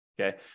Okay